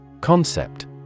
Concept